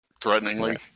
threateningly